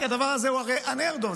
כי הדבר הזה הוא הרי unheard-of,